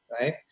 right